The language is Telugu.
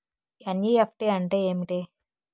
ఎన్.ఈ.ఎఫ్.టి అంటే ఏమిటి?